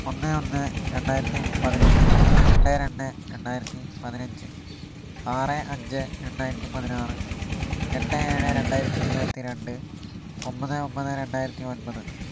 ഒന്ന് ഒന്ന് രണ്ടായിരത്തിപതിനൊന്ന് രണ്ട് രണ്ട് രണ്ടായിരത്തിപതിനഞ്ച് ആറ് അഞ്ച് രണ്ടായിരത്തിപതിനാറ് എട്ട് ഏഴ് രണ്ടായിരത്തിഇരുപത്തിരണ്ട് ഒൻപത് ഒൻപത് രണ്ടായിരത്തിഒൻപത്